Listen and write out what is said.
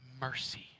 mercy